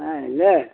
ஆ இல்லை